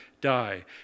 die